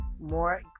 more